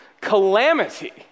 calamity